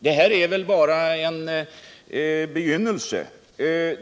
Detta är väl bara en begynnelse?